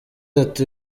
ati